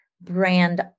brand